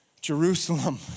Jerusalem